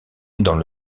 dans